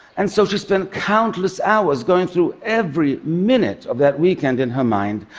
and so she spent countless hours going through every minute of that weekend in her mind,